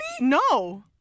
No